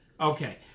Okay